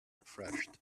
refreshed